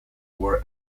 war